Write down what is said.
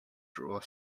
drawer